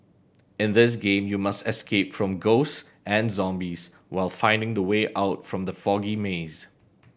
in this game you must escape from ghosts and zombies while finding the way out from the foggy maze